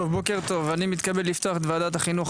אני מתכבד לפתוח את ועדת החינוך,